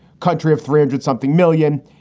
country of three hundred something million,